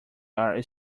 are